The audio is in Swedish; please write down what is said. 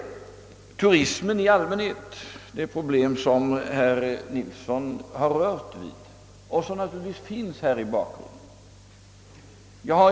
Turismen i allmänhet är ett annat problem, som herr Nilsson har berört och som naturligtvis här finns i bakgrunden.